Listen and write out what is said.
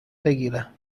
بگیرم